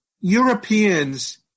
Europeans